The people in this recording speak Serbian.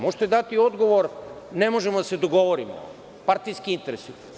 Možete dati odgovor – ne možemo da se dogovorimo, partijski interesi.